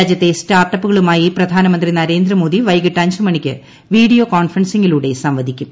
രാജ്യത്തെ സ്റ്റാർട്ടപ്പുകളുമായി പ്രധാനമന്ത്രി നരേന്ദ്രമോദി വൈകിട്ട് അഞ്ച് മണിക്ക് വീഡിയോ കോൺഫറൻസിംഗിലൂടെ സംവദിക്കും